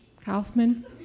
Kaufman